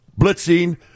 blitzing